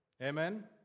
Amen